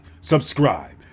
subscribe